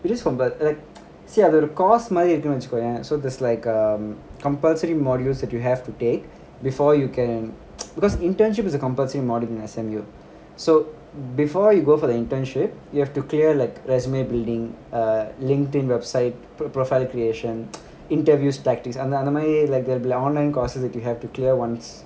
we just com~ b~ e~ like அதுஒரு:adhu oru course இருக்குனுவச்சிக்கயென்:irukkunu vachikkiren so there's like um complusory modules that you have to take before you can because internship is a complusory module in S_M_U smu so before you go for the internship you have to clear like resume building err linkedin website pro~ profile creation interviews tactics அந்தமாதிரி:anthamathiri like they'll be online courses that you have to clear once